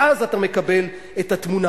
ואז אתה מקבל את התמונה.